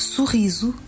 Sorriso